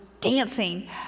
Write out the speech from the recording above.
dancing